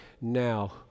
now